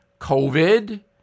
COVID